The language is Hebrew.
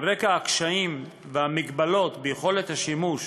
על רקע הקשיים והמגבלות ביכולת השימוש